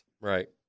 Right